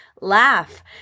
laugh